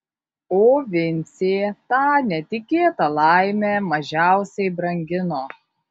o vincė tą netikėtą laimę mažiausiai brangino